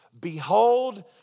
behold